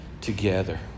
together